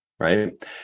right